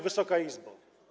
Wysoka Izbo!